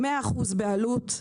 100% בעלות,